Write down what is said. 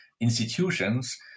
institutions